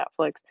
Netflix